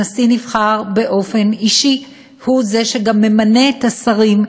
הנשיא נבחר באופן אישי, והוא שגם ממנה את השרים.